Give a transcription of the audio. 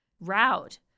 route